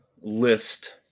list